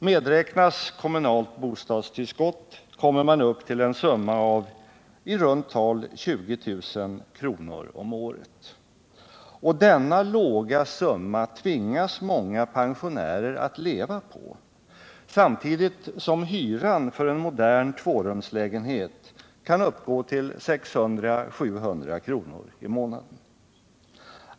Medräknat kommunalt bostadstillskott kommer man upp till en summa av i runt tal 20000 kr. om året. Och denna låga summa tvingas många pensionärer att leva på, samtidigt som hyran för en modern tvårumslägenhet kan uppgå till 600-700 kr. i månaden.